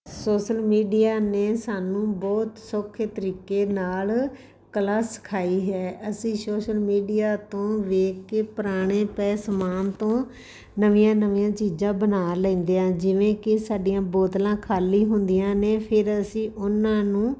social media ਨੇ ਸਾਨੂੰ ਬਹੁਤ ਸੌਖੇ ਤਰੀਕੇ ਨਾਲ ਕਲਾ ਸਿਖਾਈ ਹੈ ਅਸੀਂ ਸੋਸ਼ਲ ਮੀਡੀਆ ਤੋਂ ਵੇਖ ਕੇ ਪੁਰਾਣੇ ਪਏ ਸਮਾਨ ਤੋਂ ਨਵੀਆਂ ਨਵੀਆਂ ਚੀਜ਼ਾਂ ਬਣਾ ਲੈਂਦੇ ਹਾਂ ਜਿਵੇਂ ਕਿ ਸਾਡੀਆਂ ਬੋਤਲਾਂ ਖਾਲੀ ਹੁੰਦੀਆਂ ਨੇ ਫਿਰ ਅਸੀਂ ਉਹਨਾਂ ਨੂੰ